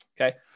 Okay